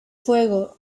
fuego